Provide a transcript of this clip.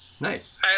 Nice